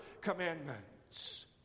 commandments